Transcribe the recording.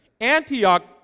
Antioch